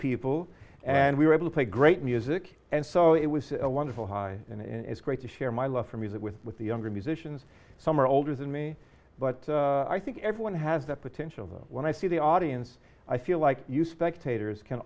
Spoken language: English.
people and we were able to play great music and so it was a wonderful high in it's great to share my love for music with the younger musicians some are older than me but i think everyone has that potential when i see the audience i feel like you spectators can